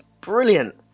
brilliant